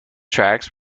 tracks